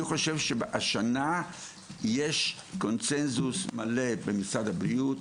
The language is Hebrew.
אני חושב שהשנה יש קונצנזוס מלא במשרד הבריאות,